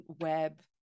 Web